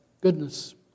goodness